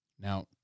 Now